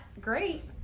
great